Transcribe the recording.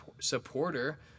supporter